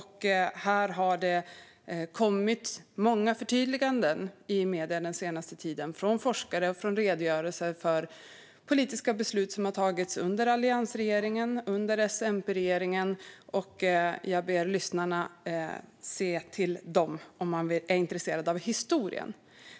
Här har det kommit många förtydliganden i medier den senaste tiden, från forskare och i redogörelser för politiska beslut som har fattats under alliansregeringen och S-MP-regeringen. Jag ber lyssnarna att se till dessa om man är intresserad av historien.